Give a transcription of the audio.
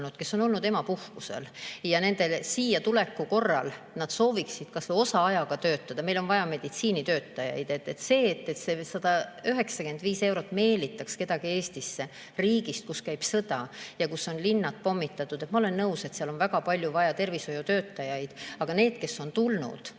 kes on olnud emapuhkusel, ja siiatuleku korral nad sooviksid kas või osaajaga töötada. Meil on vaja meditsiinitöötajaid. See, et 195 eurot meelitaks kedagi Eestisse riigist, kus käib sõda ja kus on linnad pommitatud – ma olen nõus, et seal on väga palju vaja tervishoiutöötajaid. Aga need, kes on tulnud,